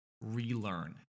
relearn